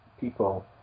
people